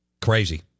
Crazy